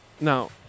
Now